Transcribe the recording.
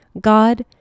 God